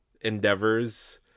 endeavors